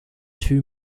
two